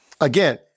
Again